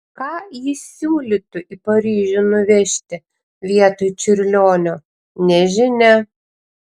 ką ji siūlytų į paryžių nuvežti vietoj čiurlionio nežinia